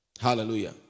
Hallelujah